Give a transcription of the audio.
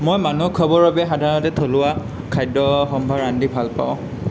মই মানুহক খোৱাবৰ বাবে সাধাৰণতে থলুৱা খাদ্য সম্ভাৰ ৰান্ধি ভাল পাওঁ